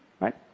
Right